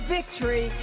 Victory